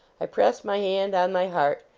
i press my hand on my heart,